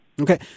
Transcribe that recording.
Okay